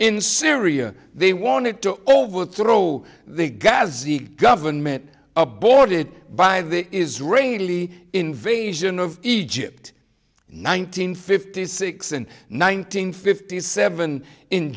in syria they wanted to overthrow the ghazi government aborted by the israeli invasion of egypt nineteen fifty six and nineteen fifty seven in